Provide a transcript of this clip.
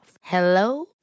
Hello